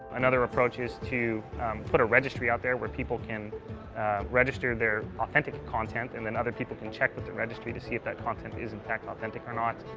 another approach is to put a registry out there where people can register their authentic content and then other people can check with the registry to see if that content is in fact, authentic or not.